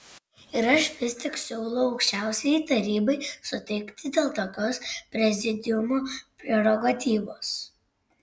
ir aš vis tik siūlau aukščiausiajai tarybai sutikti dėl tokios prezidiumo prerogatyvos